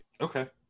Okay